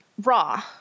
raw